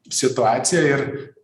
situaciją ir